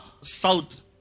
South